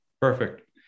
Perfect